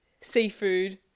seafood